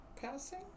passing